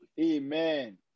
Amen